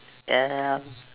am